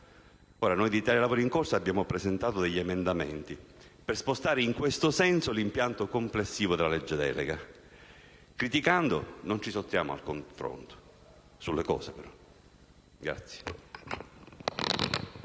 Noi di Italia Lavori in Corso abbiamo presentato degli emendamenti per spostare in questo senso l'impianto complessivo di questa legge delega. Criticando non ci sottraiamo al confronto, sulle cose.